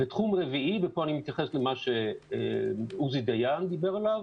תחום רביעי פה אני מתייחס למה שעוזי דיין דיבר עליו,